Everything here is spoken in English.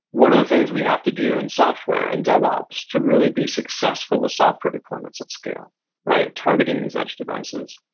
what are the things we have to do in software, in devops, to really be successful ah software deployments at scale targeting these edge devices?